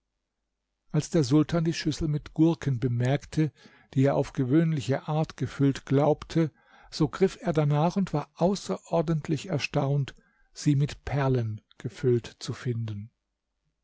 als der sultan die schüssel mit gurken bemerkte die er auf gewöhnliche art gefüllt glaubte so griff er darnach und war außerordentlich erstaunt sie mit perlen gefüllt zu finden